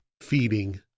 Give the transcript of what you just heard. feeding